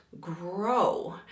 grow